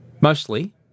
mostly